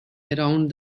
around